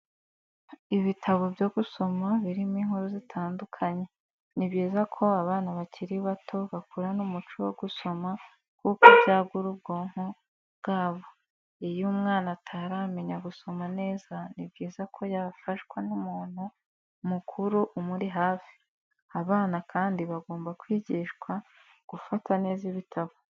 Ibitabo byo gusoma birimo inkuru zitandukanye, ni byiza ko abana bakiri bato bakurana umuco wo gusoma kuko byagura ubwonko bwabo iyo umwana ataramenya gusoma neza ni byiza ko yafashwa n'umuntu mukuru umuri hafi. abana kandi bagomba kwigishwa gufata neza ibitabo.